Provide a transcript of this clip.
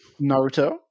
Naruto